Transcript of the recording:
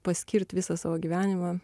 paskirt visą savo gyvenimą